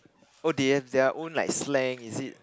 oh they have their own like slang is it